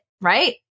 right